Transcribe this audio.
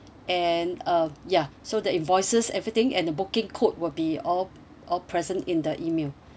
and uh ya so the invoices everything and the booking code will be all all present in the email